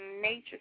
nature